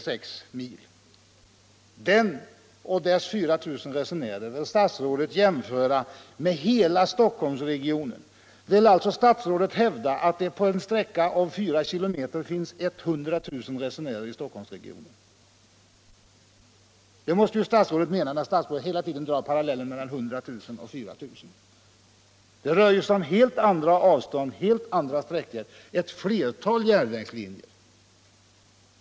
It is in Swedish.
Den och dess 4000 resenärer vill statsrådet jämföra med hela Stockholmsregionen. Vill alltså statsrådet hävda att det på en sträcka av 50 km finns 100000 resenärer i Stockholmsregionen? Det måste ju statsrådet mena när statsrådet hela tiden drar parallellen mellan 100 000 och 4 000. Det rör ju sig om helt andra avstånd, helt andra sträckor och ett flertal järnvägslinjer.